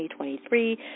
2023